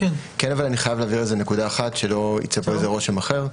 אבל אני חייב להבהיר נקודה אחד שלא ייווצר רושם אחר.